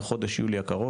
בחודש יולי הקרוב,